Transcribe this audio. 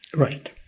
right,